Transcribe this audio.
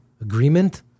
agreement